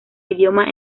idiomas